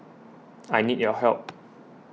I need your help